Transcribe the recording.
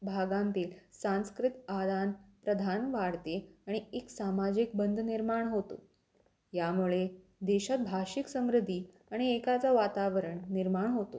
भागांतील सांस्कृतिक आदान प्रदान वाढते आणि एक सामाजिक बंध निर्माण होतो यामुळे देशात भाषिक समृद्धी आणि एकाचं वातावरण निर्माण होतो